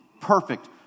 perfect